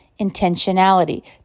intentionality